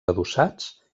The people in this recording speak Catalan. adossats